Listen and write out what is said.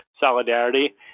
solidarity